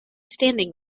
standing